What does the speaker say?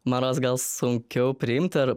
man rods gal sunkiau priimti ar